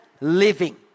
living